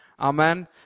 Amen